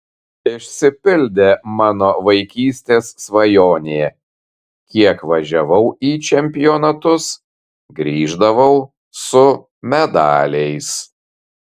išsipildė mano vaikystės svajonė kiek važiavau į čempionatus grįždavau su medaliais